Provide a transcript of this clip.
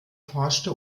forschte